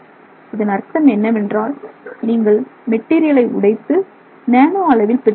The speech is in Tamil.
இதன் அர்த்தம் என்னவென்றால் நீங்கள் மெட்டீரியலை உடைத்து நேனோ அளவில் பெற்றுள்ளீர்கள்